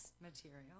material